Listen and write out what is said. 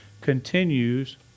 continues